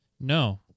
No